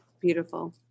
Beautiful